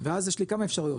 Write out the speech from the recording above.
ואז יש לי כמה אפשרויות,